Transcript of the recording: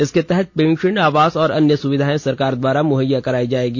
इसके तहत पेंशन आवास तथा अन्य सुविधाएं सरकार द्वारा मुहैया कराई जाएगी